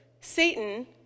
Satan